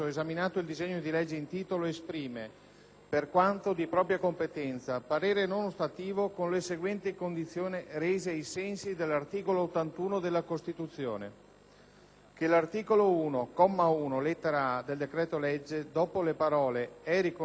per quanto di propria competenza, parere non ostativo con le seguenti condizioni rese, ai sensi dell'articolo 81 della Costituzione: che all'articolo 1, comma 1, lettera *a)*, del decreto-legge, dopo le parole: "è riconosciuto" siano inserite le seguenti: